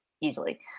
easily